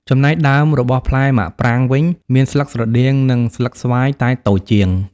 ចំណែកដើមរបស់ផ្លែមាក់ប្រាងវិញ មានស្លឹកស្រដៀងនឹងស្លឹកស្វាយតែតូចជាង។